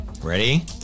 Ready